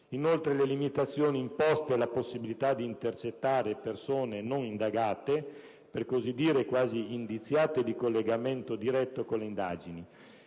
ancora, le limitazioni imposte alla possibilità di intercettare persone non indagate, per così dire quasi indiziate di collegamento diretto con le indagini,